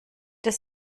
das